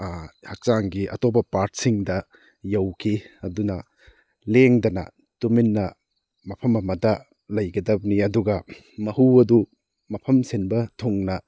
ꯍꯛꯆꯥꯡꯒꯤ ꯑꯇꯣꯞꯄ ꯄꯥꯔꯠꯁꯤꯡꯗ ꯌꯧꯈꯤ ꯑꯗꯨꯅ ꯂꯦꯡꯗꯅ ꯇꯨꯃꯤꯟꯅ ꯃꯐꯝ ꯑꯃꯗ ꯂꯩꯒꯗꯕꯅꯤ ꯑꯗꯨꯒ ꯃꯍꯨ ꯑꯗꯨ ꯃꯐꯝ ꯁꯤꯟꯕ ꯊꯨꯡꯅ